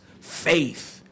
faith